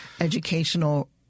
educational